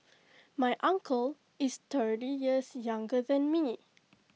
my uncle is thirty years younger than me